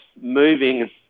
moving